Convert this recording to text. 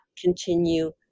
continue